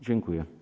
Dziękuję.